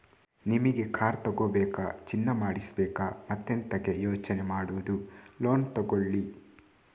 ನಿಮಿಗೆ ಕಾರ್ ತಗೋಬೇಕಾ, ಚಿನ್ನ ಮಾಡಿಸ್ಬೇಕಾ ಮತ್ತೆಂತಕೆ ಯೋಚನೆ ಮಾಡುದು ಲೋನ್ ತಗೊಳ್ಳಿ